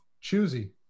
choosy